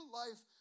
life